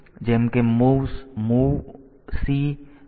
તેથી જેમ કે Moves MOV C1AH છે